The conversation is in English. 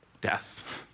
death